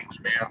man